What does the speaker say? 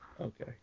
Okay